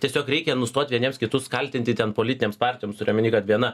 tiesiog reikia nustot vieniems kitus kaltinti ten politinėms partijoms turiu omeny kad viena